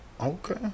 Okay